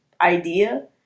idea